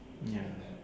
ya